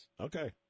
Okay